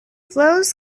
flows